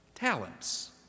talents